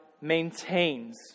maintains